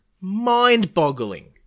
mind-boggling